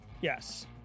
Yes